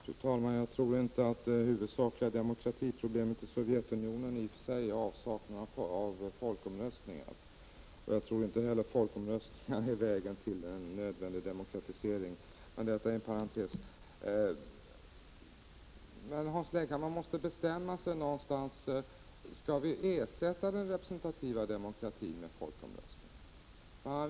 Fru talman! Jag tror inte att det huvudsakliga demokratiproblemet i Sovjetunionen är avsaknad av folkomröstningar. Jag tror inte heller att folkomröstningar är vägen till en nödvändig demokratisering. Detta sagt bara som en parentes. Hans Leghammar måste bestämma sig för om vi skall ersätta den representativa demokratin med folkomröstningar.